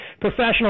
professional